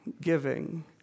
giving